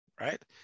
right